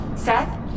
Seth